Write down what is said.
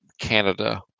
Canada